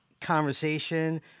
conversation